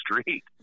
street